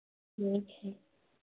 ठीक है